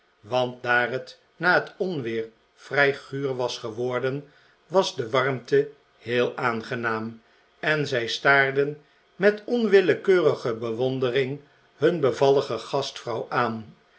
want daar het na het onweer vrij guur was geworden was de warmte heel aangenaam en zij staarden met onwillekeurige bewondering hun bevallige gastvrouw aan